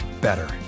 better